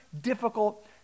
difficult